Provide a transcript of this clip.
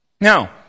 Now